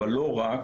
אבל לא רק,